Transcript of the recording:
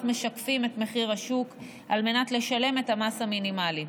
משקפים את מחיר השוק על מנת לשלם את המס המינימלי.